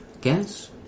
guess